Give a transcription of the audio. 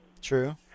True